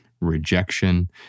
rejection